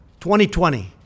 2020